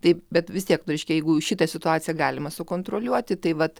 taip bet vis tiek nu reiškia jeigu šitą situaciją galima sukontroliuoti tai vat